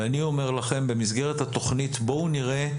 ואני אומר לכם, במסגרת התוכנית בואו נראה.